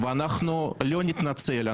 אנחנו לא נתנצל,